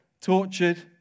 tortured